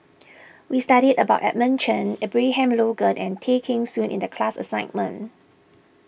we studied about Edmund Cheng Abraham Logan and Tay Kheng Soon in the class assignment